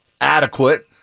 adequate